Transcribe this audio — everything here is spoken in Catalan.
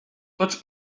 tots